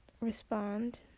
respond